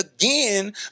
again